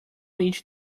each